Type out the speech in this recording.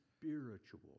Spiritual